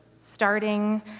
starting